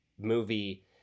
movie